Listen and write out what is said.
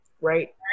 Right